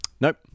Nope